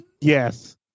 yes